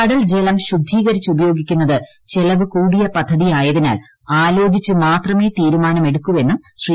കടൽ ജലം ശുദ്ധീകരിച്ചുപയോഗിക്കുന്നത് ചിലവ് കൂടിയ പദ്ധതിയായതിനാൽ ആലോചിച്ച് മാത്രമേറ്റ്ടീരുമാനമെടുക്കൂവെന്നും ശ്രീ